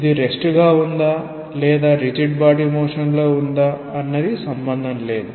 ఇది రెస్ట్ గా ఉందా లేదా రిజిడ్ బాడీ మోషన్ లో ఉందా అన్నది సంబందం లేదు